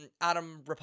Adam